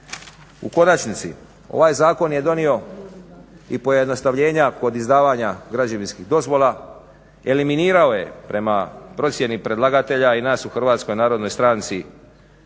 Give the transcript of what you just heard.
U konačnici ovaj zakon je donio i pojednostavljenja kod izdavanja građevinskih dozvola, eliminirao je prema procjeni predlagatelja i nas u HNS-u neke nepotrebne